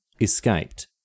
escaped